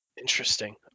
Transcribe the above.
interesting